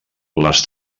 les